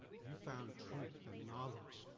you found truth and knowledge.